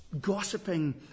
gossiping